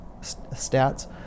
stats